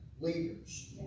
leaders